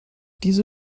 diese